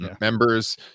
Members